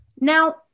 Now